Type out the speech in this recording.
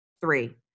Three